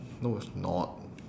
no it's not